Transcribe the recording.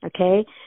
okay